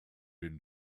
been